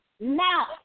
Now